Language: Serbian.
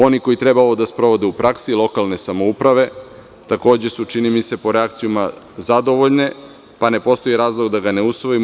Oni koji treba ovo da sprovode u praksi, lokalne samouprave, takođe su, čini mi se po reakcijama, zadovoljne, pa ne postoji razlog da ga ne usvojimo.